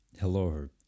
hello